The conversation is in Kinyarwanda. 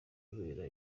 kubera